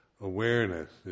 awareness